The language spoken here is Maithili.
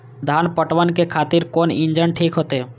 धान पटवन के खातिर कोन इंजन ठीक होते?